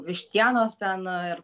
vištienos ten ir